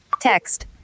text